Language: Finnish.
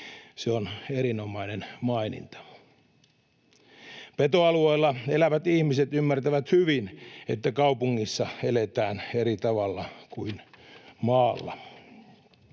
Se on erinomainen maininta. Petoalueella elävät ihmiset ymmärtävät hyvin, että kaupungissa eletään eri tavalla kuin maalla.